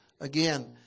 again